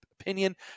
opinion